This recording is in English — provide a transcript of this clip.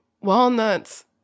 walnuts